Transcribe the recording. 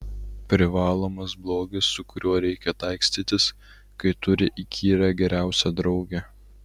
privalomas blogis su kuriuo reikia taikstytis kai turi įkyrią geriausią draugę